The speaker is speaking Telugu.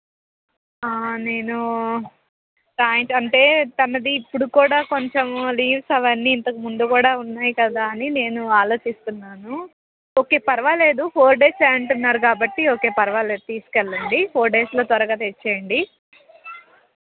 నేను టైట్ అంటే తనది ఇప్పుడు కూడా కొంచెము లీవ్స్ అవన్నీ ఇంతకు ముందు కూడా ఉన్నాయి కదా అని నేను ఆలోచిస్తున్నాను ఓకే పర్వాలేదు ఫోర్ డేసే అంటున్నారు కాబట్టి ఓకే పర్వాలేదు తీసుకు వెళ్ళండి ఫోర్ డేస్లో త్వరగా తెచ్చేయండి